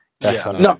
No